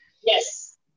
yes